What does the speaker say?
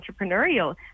entrepreneurial